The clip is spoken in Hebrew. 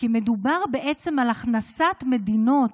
כי מדובר בעצם על הכנסת מדינות